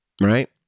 Right